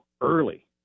early